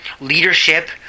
leadership